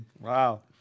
Wow